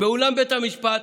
באולם בית המשפט.